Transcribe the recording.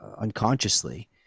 unconsciously